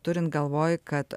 turint galvoj kad